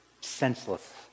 senseless